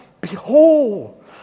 Behold